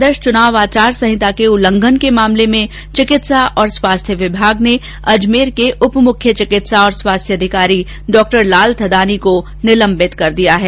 इस बीच आदर्श चुनाव आचार संहिता के उल्लंघन के मामले में चिकित्सा और स्वास्थ्य विमाग ने अजमेर के उप मुख्य चिकित्सा स्वास्थ्य अधिकारी डॉ लाल थदानी को निलम्बित कर दिया है